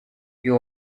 you